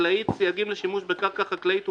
החקלאית (סייגים לשימוש בקרקע חקלאית ובמים),